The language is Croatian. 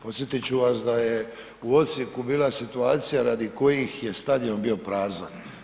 Podsjetit ću vas da je Osijeku bila situacija radi kojih je stadion bio prazan.